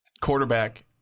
quarterback